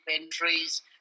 entries